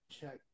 check